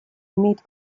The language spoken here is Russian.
имеет